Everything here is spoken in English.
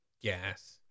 Gas